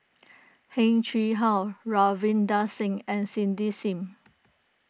Heng Chee How Ravinder Singh and Cindy Sim